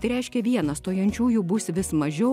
tai reiškia viena stojančiųjų bus vis mažiau